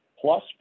plus